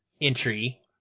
entry